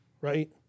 right